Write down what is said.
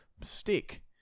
stick